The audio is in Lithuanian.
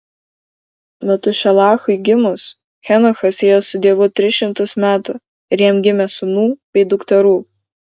metušelachui gimus henochas ėjo su dievu tris šimtus metų ir jam gimė sūnų bei dukterų